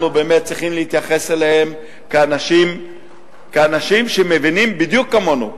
אנחנו באמת צריכים להתייחס אליהם כאל אנשים שמבינים בדיוק כמונו.